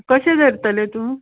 कशें धरतलें तूं